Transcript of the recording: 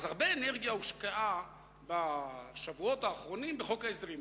הרבה אנרגיה הושקעה בשבועות האחרונים בחוק ההסדרים.